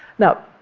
now,